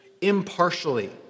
impartially